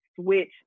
switch